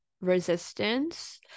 resistance